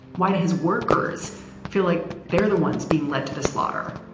why do his workers feel like they're the ones being led to the slaughter?